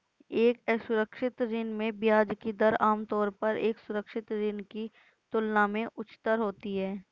एक असुरक्षित ऋण में ब्याज की दर आमतौर पर एक सुरक्षित ऋण की तुलना में उच्चतर होती है?